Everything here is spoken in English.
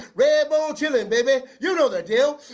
redbone chilling baby, you know the deal